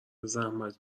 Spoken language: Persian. زحمتی